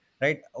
Right